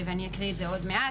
ואני אקריא את זה עוד מעט.